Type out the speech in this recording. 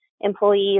employees